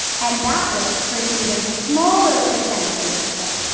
and that works for an even smaller percentage of people.